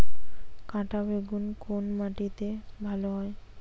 কাঁটা বেগুন কোন মাটিতে ভালো হয়?